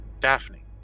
Daphne